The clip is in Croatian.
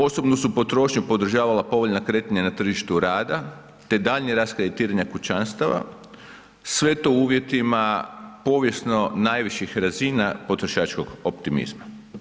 Osobnu su potrošnju podržavala povoljna kretanja na tržištu rada te daljnje raskreditiranje kućanstava sve to u uvjetima povijesno najviših razina potrošačkog optimizma.